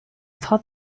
thought